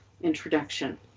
introduction